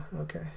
Okay